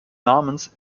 namens